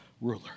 ruler